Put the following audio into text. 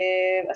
אז